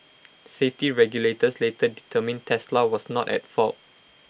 safety regulators later determined Tesla was not at fault